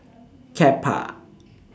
Kappa